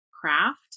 craft